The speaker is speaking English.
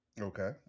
Okay